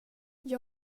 jag